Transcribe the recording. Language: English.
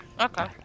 Okay